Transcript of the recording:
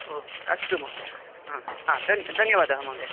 ओ अस्तु महोदय हा द धन्यवादः महोदय